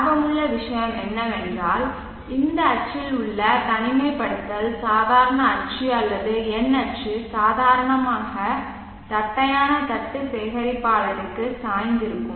ஆர்வமுள்ள விஷயம் என்னவென்றால் இந்த அச்சில் உள்ள தனிமைப்படுத்தல் சாதாரண அச்சு அல்லது N அச்சு சாதாரணமாக தட்டையான தட்டு சேகரிப்பாளருக்கு சாய்ந்திருக்கும்